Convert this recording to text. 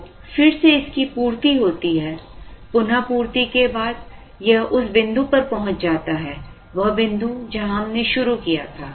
तो फिर से इसकी पूर्ति होती है पुनःपूर्ति के बाद यह इस बिंदु पर पहुंच जाता है वह बिंदु जहां हमने शुरू किया था